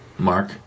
Mark